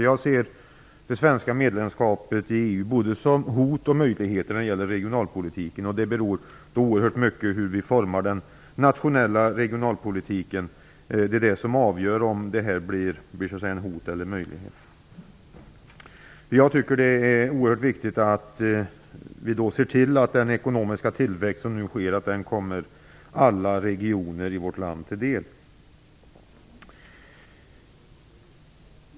Jag ser alltså det svenska medlemskapet i EU som både ett hot och en möjlighet vad gäller regionalpolitiken. Oerhört mycket beror på hur vi utformar den nationella regionalpolitiken. Det är det som avgör om medlemskapet blir ett hot eller en möjlighet. Det är då oerhört viktigt att vi ser till att den ekonomiska tillväxt som nu sker kommer alla regioner i vårt land till del.